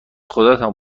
خداتم